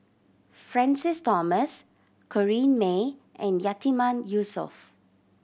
Francis Thomas Corrinne May and Yatiman Yusof